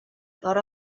thought